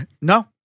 no